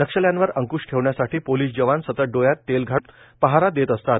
नक्षल्यांवर अंकुश ठेवण्यासाठी पोलिस जवान सतत डोळ्यात तेल घालून पहारा देत असतात